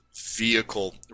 vehicle